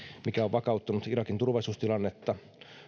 mikä on vakauttanut irakin turvallisuustilannetta